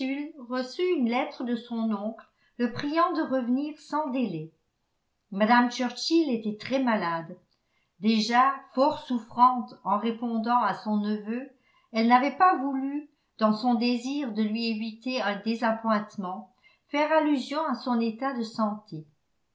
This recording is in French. reçut une lettre de son oncle le priant de revenir sans délai mme churchill était très malade déjà fort souffrante en répondant à son neveu elle n'avait pas voulu dans son désir de lui éviter un désappointement faire allusion à son état de santé